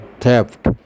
theft